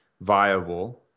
viable